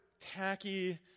tacky